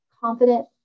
confident